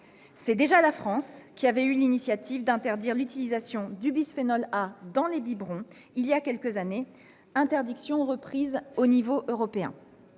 C'est déjà la France qui avait eu l'initiative d'interdire l'utilisation du bisphénol A dans les biberons il y a quelques années, interdiction reprise au niveau européen.